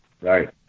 Right